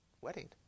wedding